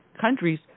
countries